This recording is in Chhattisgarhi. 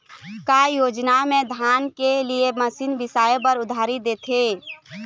का योजना मे धान के लिए मशीन बिसाए बर उधारी देथे?